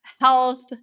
health